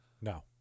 No